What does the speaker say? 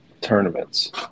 tournaments